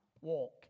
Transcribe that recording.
walk